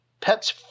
pets